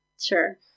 Sure